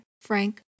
Frank